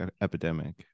epidemic